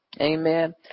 amen